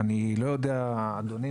אני מייצג נותני שירותים